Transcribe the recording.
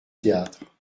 théâtre